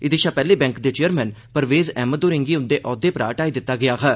एहदे शा पैहले बैंक दे चेयरमैन परवेज़ अहमद होरे'गी उंदे औहद्वे परा हटाई दित्ता गेआ हा